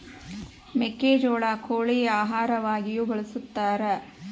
ಮೆಕ್ಕೆಜೋಳ ಕೋಳಿ ಆಹಾರವಾಗಿಯೂ ಬಳಸತಾರ